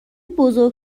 بزرگ